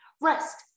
Rest